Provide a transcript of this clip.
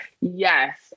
Yes